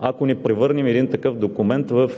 ако не превърнем един такъв документ в